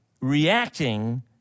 reacting